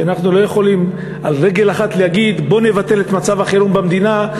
ואנחנו לא יכולים על רגל אחת להגיד: בוא נבטל את מצב החירום במדינה,